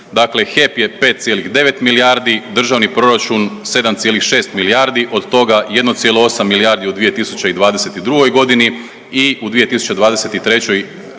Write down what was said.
HEP je 5,9 milijardi, državni proračun 7,6 milijardi od toga 1,8 milijardi u 2022. godini i u 2023. 5,8